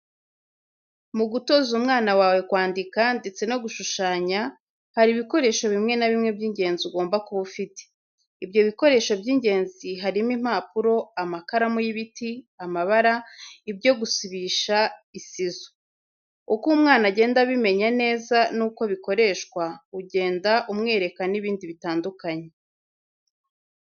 Mu gutoza umwana wawe kwandika ndetse no gushushanya hari ibikoresho bimwe na bimwe by'ingenzi ugomba kuba ufite. Ibyo bikoresho by'ingenzi harimo impapuro, amakaramu y'ibiti, amabara, ibyo gusibisha, isizo. Uko umwana agenda abimenya neza nuko bikoreshwa ugenda umwereka n'ibindi bitandukanye.